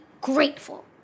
grateful